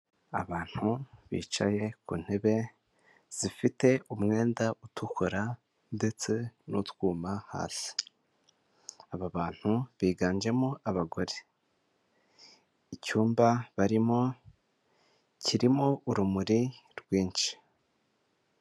Abantu bicaye ku ntebe zifite umwenda utukura ndetse n'utwuma hasi, aba bantu biganjemo abagore icyumba barimo kirimo urumuri rwinshi.